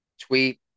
tweet